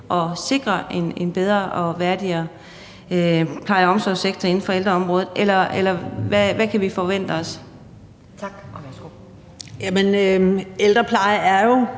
at sikre en bedre og værdigere pleje- og omsorgssektor inden for ældreområdet? Eller hvad kan vi forvente os? Kl. 12:14 Anden